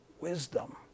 wisdom